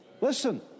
Listen